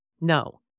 No